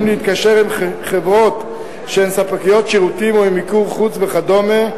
להתקשר עם חברות שהן ספקיות שירותים או עם מיקור-חוץ וכדומה,